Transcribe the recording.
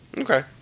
Okay